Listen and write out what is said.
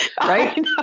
right